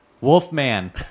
Wolfman